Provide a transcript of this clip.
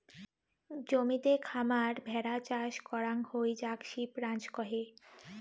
জমিতে খামার ভেড়া চাষ করাং হই যাক সিপ রাঞ্চ কহে